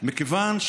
מכיוון,